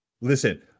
Listen